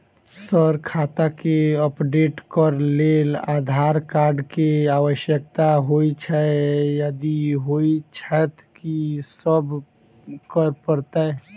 Sir खाता केँ update करऽ लेल आधार कार्ड केँ आवश्यकता होइ छैय यदि होइ छैथ की सब करैपरतैय?